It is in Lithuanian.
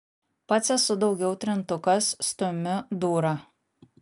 pats esu daugiau trintukas stumiu dūrą